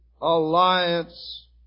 alliance